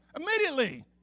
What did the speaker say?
Immediately